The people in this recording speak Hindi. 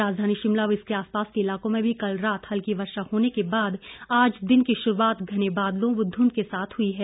राजधानी शिमला व इसके आसपास के इलाकों में भी कल रात हल्की वर्षा होने के बाद आज दिन की शुरूआत घने बादलों व धूंध के साथ हुई है